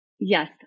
Yes